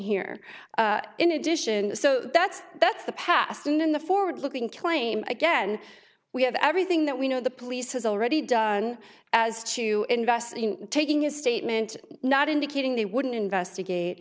here in addition so that's that's the past and in the forward looking clay again we have everything that we know the police has already done as to invest in taking a statement not indicating they wouldn't